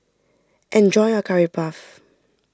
enjoy your Curry Puff